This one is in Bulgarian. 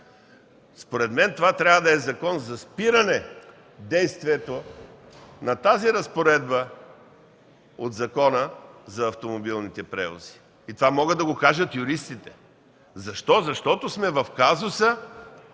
Според мен това трябва да е закон за спиране действието на тази разпоредба от Закона за автомобилните превози. Това могат да го кажат юристите. Защо? Защото сме в казуса